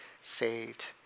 saved